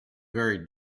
very